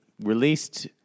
released